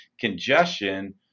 congestion